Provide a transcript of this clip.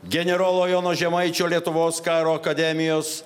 generolo jono žemaičio lietuvos karo akademijos